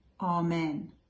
Amen